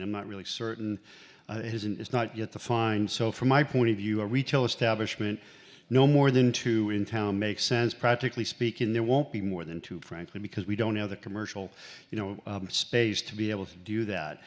mean i'm not really certain it's not yet the fine and so from my point of view a retail establishment no more than two in town makes sense practically speaking there won't be more than two frankly because we don't have the commercial you know space to be able to do that